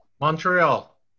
Montreal